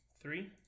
Three